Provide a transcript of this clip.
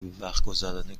وقتگذرانی